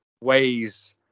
ways